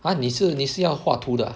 !huh! 你是你是要画图的 ah